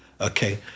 okay